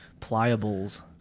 Pliables